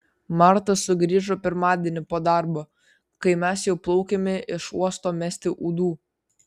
marta sugrįžo pirmadienį po darbo kai mes jau plaukėme iš uosto mesti ūdų